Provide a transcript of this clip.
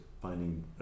finding